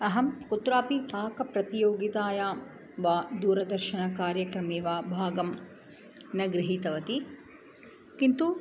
अहं कुत्रापि पाकप्रतियोगितायां वा दूरदर्शनकार्यक्रमे वा भागं न गृहीतवती किन्तु